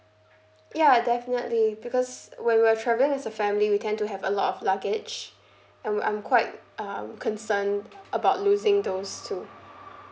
ya definitely because when we are travelling as a family we tend to have a lot of luggage I'm I'm quite um concerned about losing those too